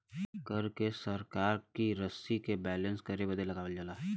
कर के सरकार की रशी के बैलेन्स करे बदे लगावल जाला